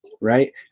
right